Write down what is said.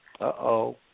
Uh-oh